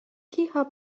kicha